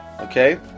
Okay